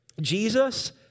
Jesus